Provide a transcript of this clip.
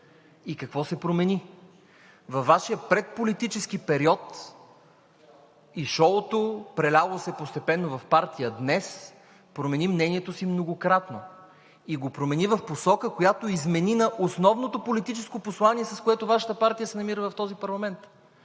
И какво се промени? Вашият предполитически период и шоуто, преляло се постепенно в партия днес, промени мнението си многократно. Промени го в посока, която измени на основното политическо послание, с което Вашата партия се намира в този парламент.